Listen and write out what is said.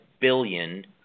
billion